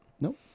Nope